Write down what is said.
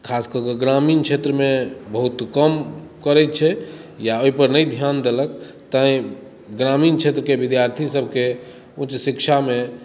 खास कए कऽ ग्रामीण क्षेत्रमे बहुत कम करै छै या ओहिपर नहि ध्यान देलक तैँ ग्रामीण क्षेत्रके विद्यार्थी सभके उच्च शिक्षामे